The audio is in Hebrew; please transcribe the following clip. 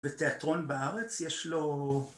ותיאטרון בארץ, יש לו...